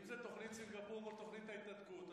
אם זה תוכנית סינגפור מול תוכנית ההתנתקות,